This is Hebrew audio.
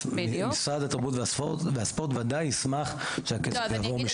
בדיוק --- משרד התרבות והספורט ודאי ישמח שהכסף יעבור משנה לשנה.